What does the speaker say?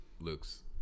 Luke's